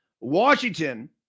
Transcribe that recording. Washington